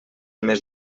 més